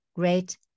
Great